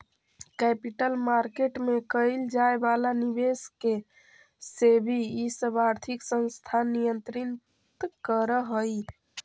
capital market में कैइल जाए वाला निवेश के सेबी इ सब आर्थिक संस्थान नियंत्रित करऽ हई